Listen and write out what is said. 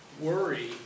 worry